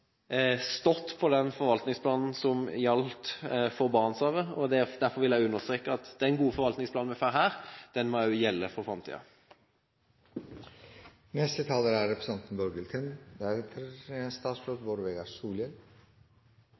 stått på den forvaltningsplanen som gjaldt for Barentshavet. Derfor vil jeg understreke at den gode forvaltningsplanen vi får her, også må gjelde for framtiden. Jeg slutter meg til mye av det tidligere talere har sagt, og er